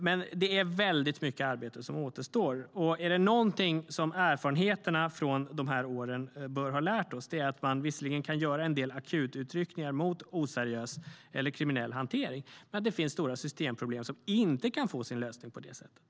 Men det är väldigt mycket arbete som återstår, och är det något som erfarenheterna från de här åren bör ha lärt oss är det att man visserligen kan göra en del akututryckningar mot oseriös eller kriminell hantering men att det finns stora systemproblem som inte kan få sin lösning på det sättet.